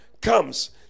comes